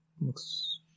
Looks